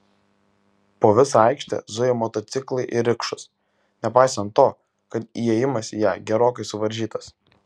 po visą aikštę zuja motociklai ir rikšos nepaisant to kad įėjimas į ją gerokai suvaržytas